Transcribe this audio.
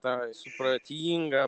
tą supratingą